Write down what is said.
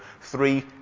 three